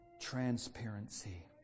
Transparency